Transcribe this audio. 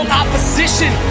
opposition